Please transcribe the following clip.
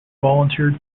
volunteered